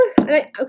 okay